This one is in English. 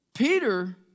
Peter